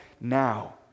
now